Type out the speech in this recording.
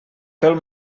pel